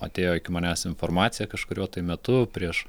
atėjo iki manęs informacija kažkuriuo tai metu prieš